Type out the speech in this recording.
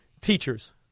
teachers